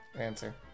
Answer